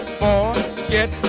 forget